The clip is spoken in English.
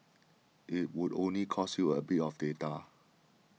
it would only cost you a bit of data